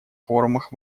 форумах